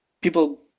People